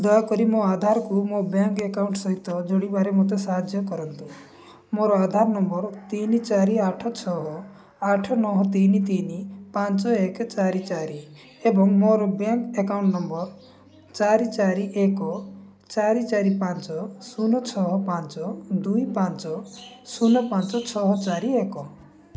ଦୟାକରି ମୋ ଆଧାରକୁ ମୋ ବ୍ୟାଙ୍କ ଆକାଉଣ୍ଟ ସହିତ ଯୋଡ଼ିବାରେ ମୋତେ ସାହାଯ୍ୟ କରନ୍ତୁ ମୋର ଆଧାର ନମ୍ବର ତିନି ଚାରି ଆଠ ଛଅ ଆଠ ନଅ ତିନି ତିନି ପାଞ୍ଚ ଏକ ଚାରି ଚାରି ଏବଂ ମୋର ବ୍ୟାଙ୍କ ଆକାଉଣ୍ଟ ନମ୍ବର ଚାରି ଚାରି ଏକ ଚାରି ଚାରି ପାଞ୍ଚ ଶୂନ ଛଅ ପାଞ୍ଚ ଦୁଇ ପାଞ୍ଚ ଶୂନ ପାଞ୍ଚ ଛଅ ଚାରି ଏକ